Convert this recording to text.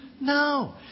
No